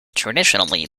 traditionally